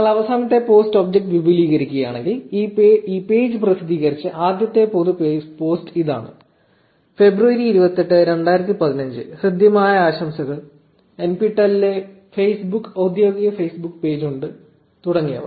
നിങ്ങൾ അവസാനത്തെ post object വിപുലീകരിക്കുകയാണെങ്കിൽ ഈ പേജ് പ്രസിദ്ധീകരിച്ച ആദ്യത്തെ പൊതു പോസ്റ്റ് ഇതാണ് ഫെബ്രുവരി 28 2015 ഹൃദ്യമായ ആശംസകൾ NPTEL ഒരു Facebookദ്യോഗിക ഫേസ്ബുക്ക് പേജ് ഉണ്ട് തുടങ്ങിയവ